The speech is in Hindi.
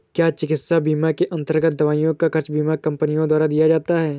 क्या चिकित्सा बीमा के अन्तर्गत दवाइयों का खर्च बीमा कंपनियों द्वारा दिया जाता है?